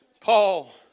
Paul